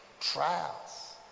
trials